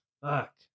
Fuck